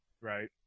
right